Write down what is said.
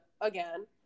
again